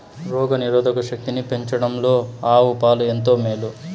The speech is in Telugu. రోగ నిరోధక శక్తిని పెంచడంలో ఆవు పాలు ఎంతో మేలు